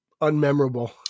unmemorable